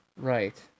Right